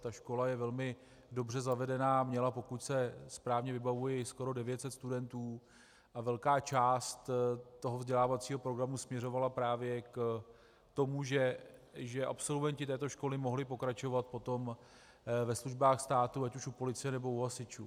Ta škola je velmi dobře zavedená, měla, pokud si správně vybavuji, skoro 900 studentů a velká část toho vzdělávacího programu směřovala právě k tomu, že absolventi této školy mohli potom pokračovat ve službách státu, ať už u policie, nebo u hasičů.